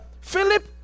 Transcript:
Philip